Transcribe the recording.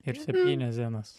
ir septynias dienas